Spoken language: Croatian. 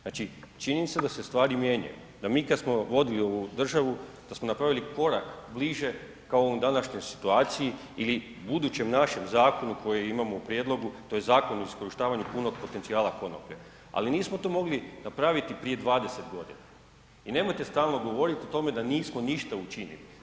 Znači, činjenica da se stvari mijenjaju, da mi kad smo vodili ovu državu da smo napravili korak bliže kao u ovoj današnjoj situaciji ili budućem našem zakonu koji imamo u prijedlogu, to je Zakon o iskorištavanju punog potencijala konoplje, ali nismo to mogli napraviti prije 20.g. i nemojte stalno govorit o tome da nismo ništa učinili.